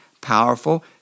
powerful